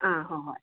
ꯑꯥ ꯍꯣꯍꯣꯏ